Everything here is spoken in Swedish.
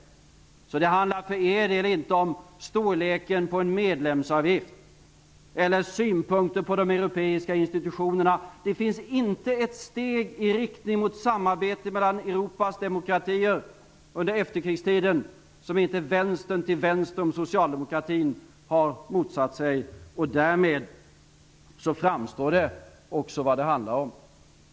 Det handlar alltså för er del inte om storleken på en medlemsavgift eller om synpunkter på de europeiska institutionerna. Det finns inte ett steg i riktning mot samarbete mellan Europas demokratier under efterkrigstiden som inte vänstern, till vänster om socialdemokratin, har motsatt sig. Därmed framgår det också vad det handlar om.